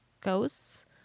ghosts